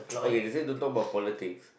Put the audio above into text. okay they say don't talk about politics